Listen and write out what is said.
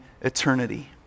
eternity